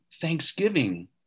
thanksgiving